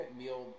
meal